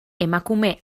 emakume